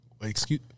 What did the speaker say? Excuse